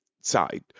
side